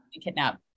kidnap